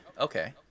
okay